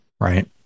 Right